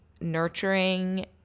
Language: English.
nurturing